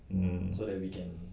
hmm